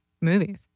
movies